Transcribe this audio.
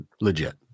legit